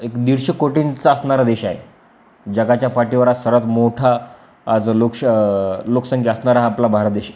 एक दीडशे कोटींचा असणारा देश आहे जगाच्या पाठीवर आज सर्वात मोठा आज लोकश लोकसंख्या असणारा आपला भारत देश